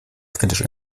kritisch